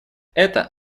это